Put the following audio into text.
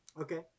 Okay